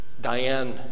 Diane